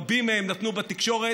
רבים מהם נתנו בתקשורת,